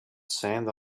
sand